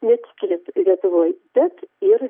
neatskiria lietuvoj bet ir